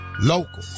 Local